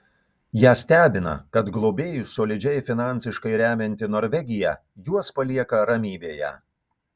ją stebina kad globėjus solidžiai finansiškai remianti norvegija juos palieka ramybėje